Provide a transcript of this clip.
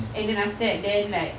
and then after that then like